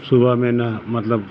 सुबहमे ने मतलब